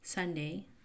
Sunday